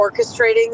orchestrating